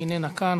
איננה כאן,